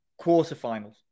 quarterfinals